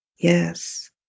Yes